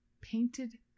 painted